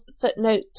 footnote